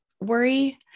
worry